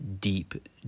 deep